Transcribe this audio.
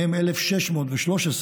מהם 1,613,